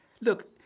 Look